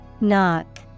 Knock